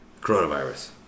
Coronavirus